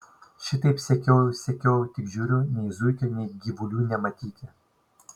šitaip sekiojau sekiojau tik žiūriu nei zuikio nei gyvulių nematyti